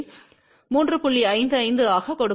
55 ஆகக் கொடுக்கும்